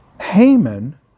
Haman